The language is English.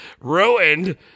Ruined